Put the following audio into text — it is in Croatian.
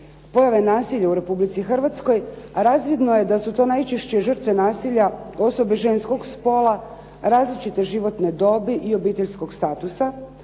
pojave nasilju u Republici Hrvatskoj razvidno je da su to najčešće žrtve nasilja osobe ženskog spola, različite životne dobi i obiteljskog statusa